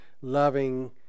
loving